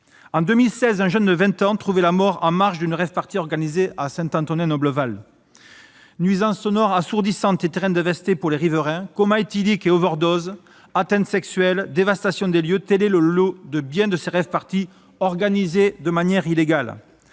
En 2016, un jeune de 20 ans a trouvé la mort en marge d'une rave-party organisée à Saint-Antonin-Noble-Val. Nuisances sonores assourdissantes, terrains dévastés, comas éthyliques et overdoses, atteintes sexuelles, dévastation des lieux : tel est le lot de bien des rave-parties organisées de façon illégale.